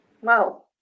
Wow